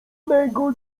mego